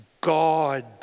God